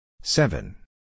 Seven